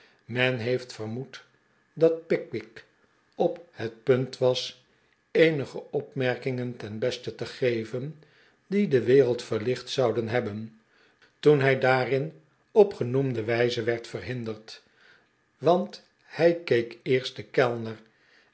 men heeft vermoed dat pickwick op het punt was eenige opmerkinpen ten beste te geven die de wereld verlicht zouden hebben toen hij daarin op genoemde wijze werd verhinderdj want hij keek eerst den kellner